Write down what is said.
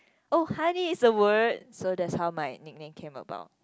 oh honey is a word so that's how my nickname came about